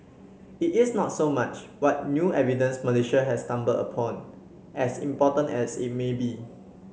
it is not so much what new evidence Malaysia has stumbled upon as important as it may be